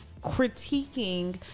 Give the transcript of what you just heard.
critiquing